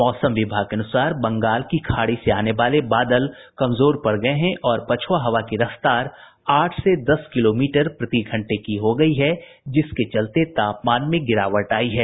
मौसम विभाग के अनुसार बंगाल की खाड़ी से आने वाले बादल कमजोर पड़ गये हैं और पछुआ हवा की रफ्तार आठ से दस किलोमीटर प्रतिघंटे की हो गयी है जिसके चलते तापमान में गिरावट आयी है